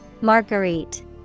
Marguerite